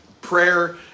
prayer